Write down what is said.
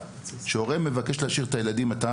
כשהורה מבקש להשאיר את הילדים בבית,